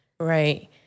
right